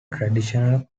traditional